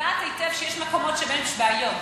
שגם בה דנו בנושא הזה.